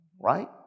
right